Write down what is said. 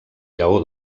lleó